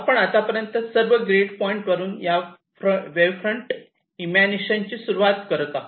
तर आपण आतापर्यंत सर्व ग्रीड पॉईंटवरून या वेव्ह फ्रंट इमॅनिशनची सुरुवात करीत आहोत